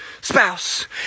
spouse